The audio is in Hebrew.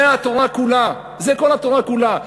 זה התורה כולה, זה כל התורה כולה.